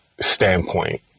standpoint